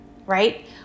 right